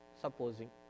Supposing